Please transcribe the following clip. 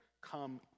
come